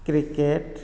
cricket